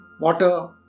water